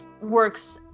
works